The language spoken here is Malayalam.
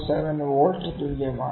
07 V തുല്യമാണ്